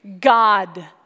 God